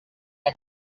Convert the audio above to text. ans